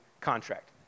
contract